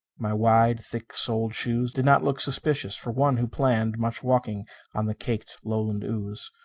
my wide, thick-soled shoes did not look suspicious for one who planned much walking on the caked lowland ooze.